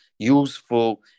useful